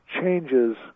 changes